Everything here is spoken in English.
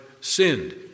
sinned